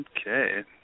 Okay